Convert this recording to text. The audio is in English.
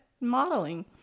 modeling